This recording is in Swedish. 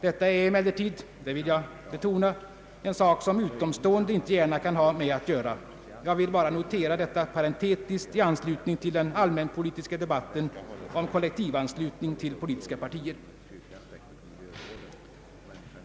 Detta är emellertid — det vill jag betona — en sak som utomstående inte gärna kan ha med att göra. Jag vill bara notera detta parentetiskt i anslutning till den allmänpolitiska frågan om kollektivanslutning till politiska partier.